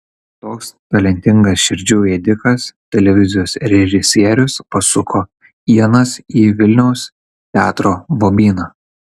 toks talentingas širdžių ėdikas televizijos režisierius pasuko ienas į vilniaus teatro bobyną